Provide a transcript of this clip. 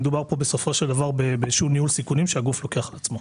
מדובר באיזשהו ניהול סיכונים שהגוף לוקח על עצמו.